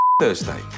Thursday